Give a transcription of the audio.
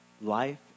Life